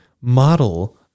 Model